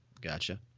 Gotcha